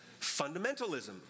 Fundamentalism